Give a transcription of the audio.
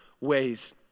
ways